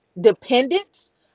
dependence